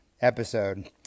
episode